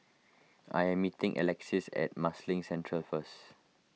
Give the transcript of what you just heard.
I am meeting Alexis at Marsiling Central first